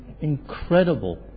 incredible